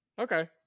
Okay